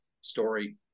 story